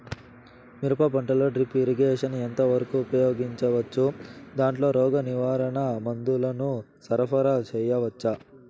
మిరప పంటలో drip irrigation ఎంత వరకు ఉపయోగించవచ్చు, దాంట్లో రోగ నివారణ మందుల ను సరఫరా చేయవచ్చా?